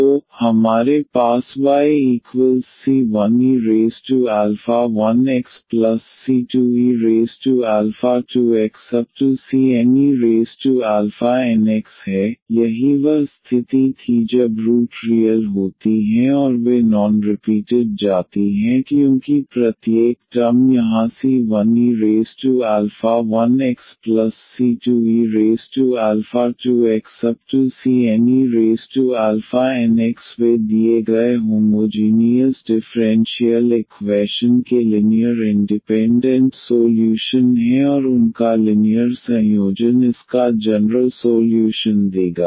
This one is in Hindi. तो हमारे पास yc1e1xc2e2xcnenx है यही वह स्थिति थी जब रूट रियल होती हैं और वे नॉन रिपीटेड जाती हैं क्योंकि प्रत्येक टर्म यहाँ c1e1xc2e2xcnenx वे दिए गए होमोजीनीयस डिफ़्रेंशियल इक्वैशन के लिनीयर इंडिपेंडेंट सोल्यूशन हैं और उनका लिनीयर संयोजन इसका जनरल सोल्यूशन देगा